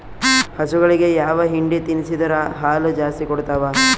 ಹಸುಗಳಿಗೆ ಯಾವ ಹಿಂಡಿ ತಿನ್ಸಿದರ ಹಾಲು ಜಾಸ್ತಿ ಕೊಡತಾವಾ?